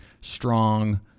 strong